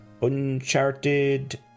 uncharted